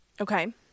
Okay